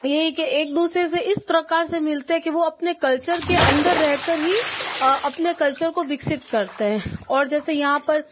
यही कि एक दूसरे से इस प्रकार से मिलते हैं कि वो अपने कल्चर के अंदर रहकर ही अपने कल्चर को विकसित करते हैं और जैसे यहाँ पर